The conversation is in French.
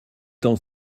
temps